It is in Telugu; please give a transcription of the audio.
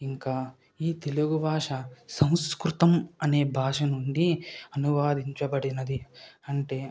ఇంకా ఈ తెలుగు భాష సంస్కృతం అనే భాష నుండి అనువదించబడినది అంటే